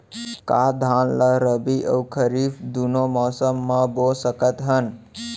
का धान ला रबि अऊ खरीफ दूनो मौसम मा बो सकत हन?